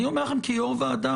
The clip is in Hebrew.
אני אומר לכם כיו"ר ועדה.